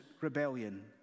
rebellion